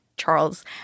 Charles